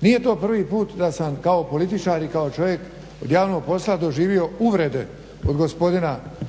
Nije to prvi puta da sam kao političar i kao čovjek od javnog posla doživio uvrede od gospodina Grubišića